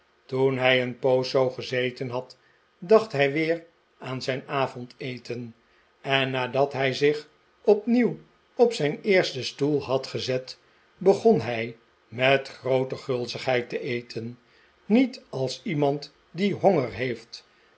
toen hij een poos zoo gezeten had dacht hij weer aan zijn avondeten en nadat hij zich opnieuw op zijn eersten stoel had gezet begon hij met groote gulzigheid te eten niet als iemand die honger heeft